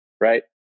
right